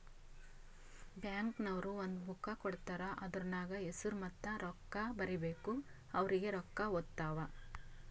bank ನವ್ರು ಒಂದ್ book ಕೊಡ್ತಾರ್ ಅದೂರ್ನಗ್ ಹೆಸುರ ಮತ್ತ ರೊಕ್ಕಾ ಬರೀಬೇಕು ಅವ್ರಿಗೆ ರೊಕ್ಕಾ ಹೊತ್ತಾವ್